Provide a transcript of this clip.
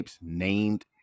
named